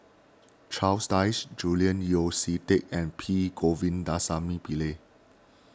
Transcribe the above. Charles Dyce Julian Yeo See Teck and P Govindasamy Pillai